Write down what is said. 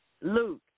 Luke